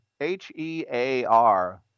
H-E-A-R